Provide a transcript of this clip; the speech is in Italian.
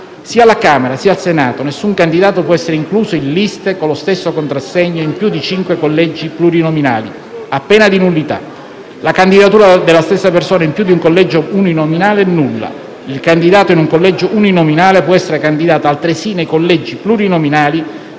Sia alla Camera sia al Senato nessun candidato può essere incluso in liste con lo stesso contrassegno in più di cinque collegi plurinominali, a pena di nullità. La candidatura della stessa persona in più di un collegio uninominale è nulla. Il candidato in un collegio uninominale può essere candidato altresì nei collegi plurinominali,